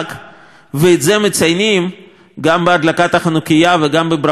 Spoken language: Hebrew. ואת זה מציינים גם בהדלקת החנוכייה וגם בברכות ששולחים,